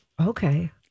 okay